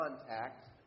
contact